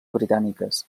britàniques